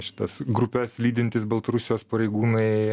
šitas grupes lydintys baltarusijos pareigūnai